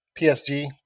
PSG